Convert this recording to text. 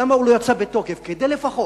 למה הוא לא יצא בתוקף כדי לפחות